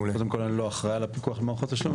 קודם כל אני לא אחראי על הפיקוח מערכות תשלום,